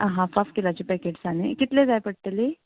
आं half half किलाची पेकेटसां न्ही कितली जाय पडटली